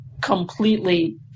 completely